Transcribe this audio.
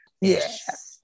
Yes